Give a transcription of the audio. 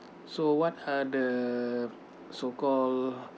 so what are the so called